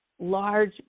large